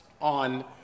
on